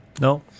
No